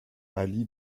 ali